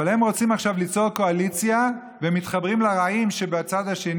אבל הם רצים עכשיו ליצור קואליציה ומתחברים לרעים שבצד השני,